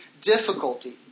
difficulty